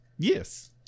Yes